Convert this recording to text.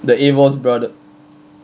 the eivor's brother